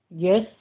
Yes